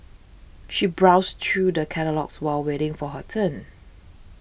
she browsed through the catalogues while waiting for her turn